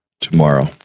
tomorrow